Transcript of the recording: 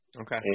Okay